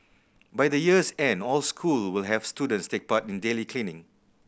by the year's end all school will have students take part in daily cleaning